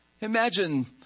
Imagine